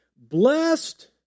blessed